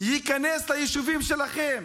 ייכנס ליישובים שלכם?